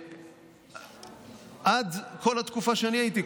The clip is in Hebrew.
בכל התקופה שאני הייתי,